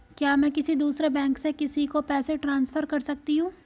क्या मैं किसी दूसरे बैंक से किसी को पैसे ट्रांसफर कर सकती हूँ?